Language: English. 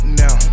now